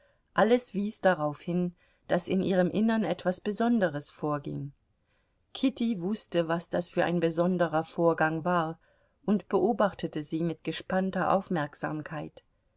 alles wies darauf hin daß in ihrem innern etwas besonderes vorging kitty wußte was das für ein besonderer vorgang war und beobachtete sie mit gespannter aufmerksamkeit